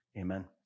amen